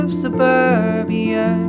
suburbia